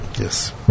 Yes